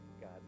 God